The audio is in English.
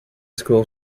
school